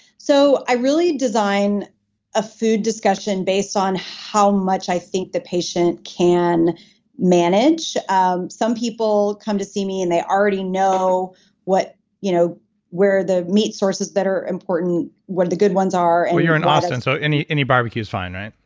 so i really design a food discussion based on how much i think the patient can manage um some people come to see me and they already know you know where the meat sources that are important, what are the good ones are well, you're in austin. so any any barbecue is fine, right?